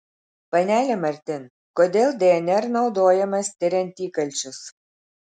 panele martin kodėl dnr naudojamas tiriant įkalčius